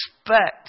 expect